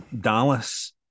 Dallas